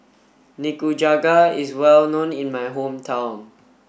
Nikujaga is well known in my hometown